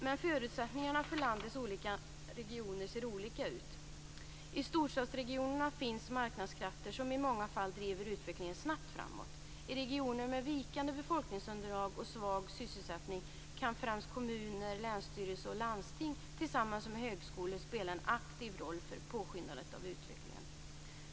Men förutsättningarna för landets olika regioner ser olika ut. I storstadsregionerna finns marknadskrafter som i många fall driver utvecklingen snabbt framåt. I regioner med vikande befolkningsunderlag och svag sysselsättning kan främst kommuner, länsstyrelser och landsting tillsammans med högskolor spela en aktiv roll för att påskynda utvecklingen.